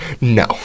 No